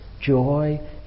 joy